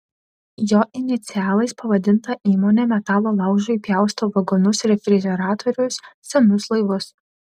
jo inicialais pavadinta įmonė metalo laužui pjausto vagonus refrižeratorius senus laivus